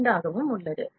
2 ஆகவும் உள்ளது